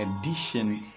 edition